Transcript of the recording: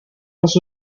was